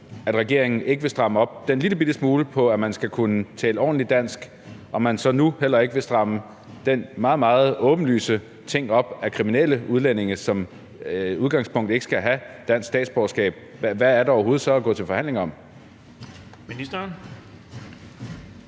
at regeringen ikke vil stramme den lillebitte smule op på det, at man skal kunne tale ordentligt dansk, og man så nu heller ikke vil stramme den meget, meget åbenlyse ting op, at kriminelle udlændinge som udgangspunkt ikke skal have dansk statsborgerskab, hvad er der så overhovedet at gå til forhandlinger om? Kl.